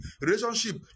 Relationship